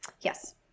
Yes